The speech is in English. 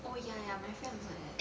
oh ya ya my friend also like that